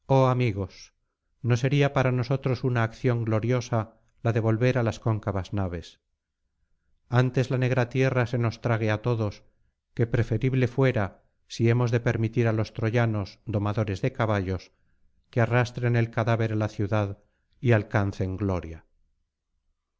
amigos no sería para nosotros una acción gloriosa la de volver á las cóncavas naves antes la negra tierra se nos trague á todos que preferible fuera si hemos de permitir á los tróvanos domadores de caballos que arrastren el cadáver á la ciudad y alcancen gloria